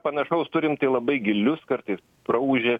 panašaus turim tai labai gilius kartais praūžia